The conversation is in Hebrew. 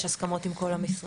יש הסכמות עם כל המשרדים.